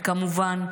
וכמובן,